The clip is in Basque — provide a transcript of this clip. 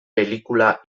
pelikula